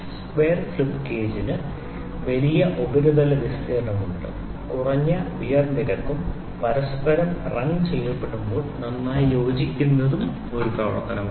square slip ഗേജിന് വലിയ ഉപരിതല വിസ്തീർണ്ണമുണ്ട് കുറഞ്ഞ വിയർ നിരക്കും അവ പരസ്പരം റംഗ് ചെയ്യപ്പെടുമ്പോൾ നന്നായി യോജിക്കുന്നു റംഗ് ഒരു പ്രവർത്തനമാണ്